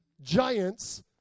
giants